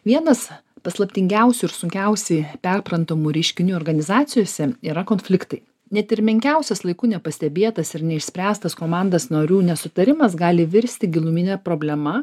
vienas paslaptingiausių ir sunkiausiai perprantamų reiškinių organizacijose yra konfliktai net ir menkiausias laiku nepastebėtas ir neišspręstas komandos narių nesutarimas gali virsti gilumine problema